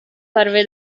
parve